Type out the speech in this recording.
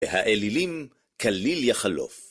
והאלילים כליל יחלוף.